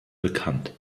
bekannt